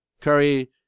Curry